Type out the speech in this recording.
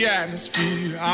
atmosphere